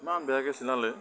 ইমান বেয়াকৈ চিলালে